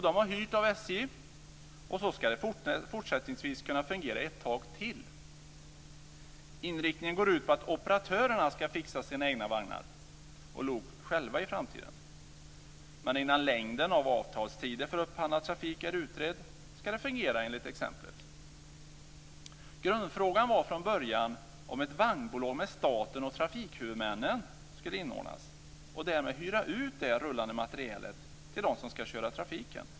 De har hyrt av SJ, och så ska det fortsättningsvis kunna fungera ett tag till. Inriktningen går ut på att operatörerna ska fixa sina vagnar och lok själva i framtiden, men innan längden på avtalstider för upphandlad trafik är utredd ska det fungera enligt exemplet. Grundfrågan var från början om ett vagnbolag med staten och trafikhuvudmännen skulle inrättas och hyra ut det rullande materialet till dem som ska köra trafiken.